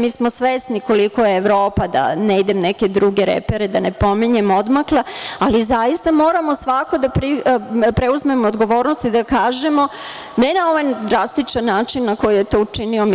Mi smo svesni koliko je Evropa odmakla, da ne idem u neke druge repere, da ne pominjem, ali zaista moramo da preuzmemo odgovornost i da kažemo, ne na ovaj drastičan način na koji je to učinio